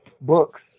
books